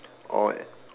all at